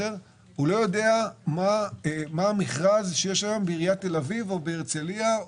לא יודע מה המכרז שיש בעיריית תל אביב או בהרצלייה.